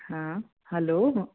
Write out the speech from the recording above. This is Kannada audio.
ಹಾಂ ಹಲೋ